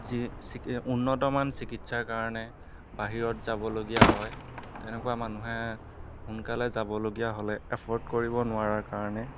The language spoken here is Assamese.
যি উন্নতমান চিকিৎচাৰ কাৰণে বাহিৰত যাবলগীয়া হয় তেনেকুৱা মানুহে সোনকালে যাবলগীয়া হ'লে এফৰ্ড কৰিব নোৱাৰাৰ কাৰণে